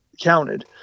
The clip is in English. counted